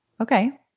okay